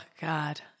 God